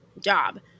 job